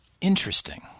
Interesting